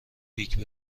بیگ